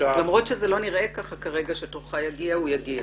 למרות שזה לא נראה כך כרגע שתורך יגיע, הוא יגיע.